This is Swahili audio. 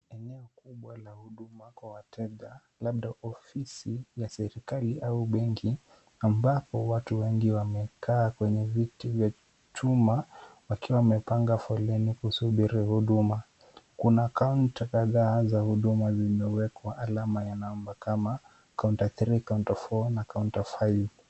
Eneo kubwa la huduma kwa wateja labda ofisi ya serikali au benki ambapo watu wengi wamekaa kwenye viti vya chuma wakiwa wamepanga foleni kusubiri huduma. Kuna kaunta kadhaa za huduma zimewekwa alama ya namba kama counter three, counter four , na counter five .